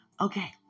Okay